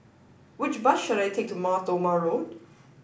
which bus should I take to Mar Thoma Road